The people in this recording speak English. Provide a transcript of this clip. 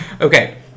okay